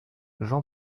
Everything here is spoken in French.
j’en